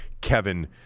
Kevin